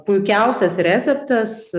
puikiausias receptas